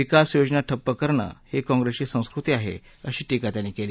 विकास योजना ठप्प करणं ही काँग्रेसची संस्कृती आहे अशी टीका त्यांनी केली